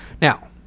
Now